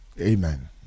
Amen